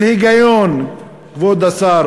מיליגרמים, של היגיון, כבוד השר,